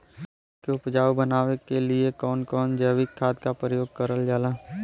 माटी के उपजाऊ बनाने के लिए कौन कौन जैविक खाद का प्रयोग करल जाला?